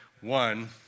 one